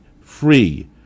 free